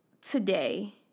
today